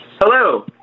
Hello